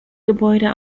gebäude